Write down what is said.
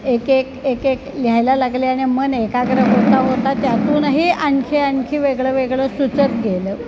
एकेक एकेक लिहायला लागले आणि मन एकाग्र होता होता त्यातूनही आणखी आणखी वेगळं वेगळं सुचत गेलं